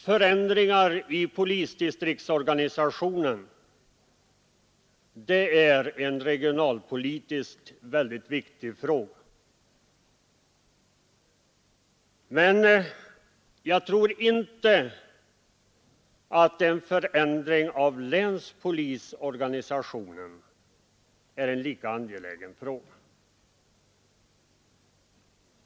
Förändringar i polisdistriktens organisation är en regionalpolitiskt viktig fråga, men jag tror inte att en förändring av länspolisorganisationen är lika angelägen i en sådan värdering.